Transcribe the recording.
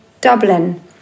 Dublin